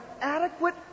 adequate